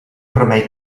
remei